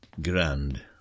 Grand